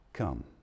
Come